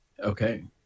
Okay